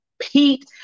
pete